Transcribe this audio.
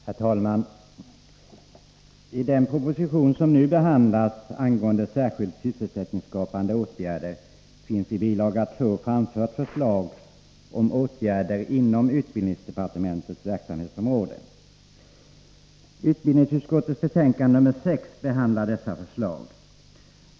Herr talman! I den proposition angående särskilda sysselsättningsskapande åtgärder som nu behandlas finns i bil. 2 förslag om åtgärder inom utbildningsdepartementets verksamhetsområde. Utbildningsutskottets betänkande 6 behandlar dessa förslag.